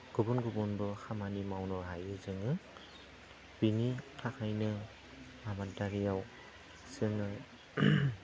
गुबुन गुबुन खामानि मावनोबो हायो जोङो बेनि थाखायनो आबादारियाव जोङो